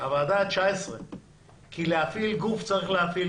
כי צריך להפעיל גוף.